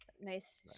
Nice